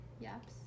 yaps